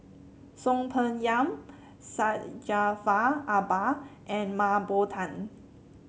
Soon Peng Yam Syed Jaafar Albar and Mah Bow Tan